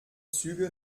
züge